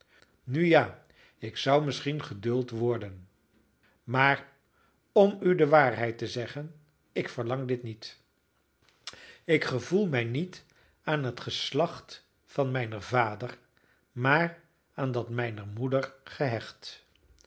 nu ja ik zou misschien geduld worden maar om u de waarheid te zeggen ik verlang dit niet ik gevoel mij niet aan het geslacht van mijnen vader maar aan dat mijner moeder gehecht